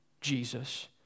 Jesus